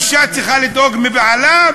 אישה צריכה לחשוש מבעלה,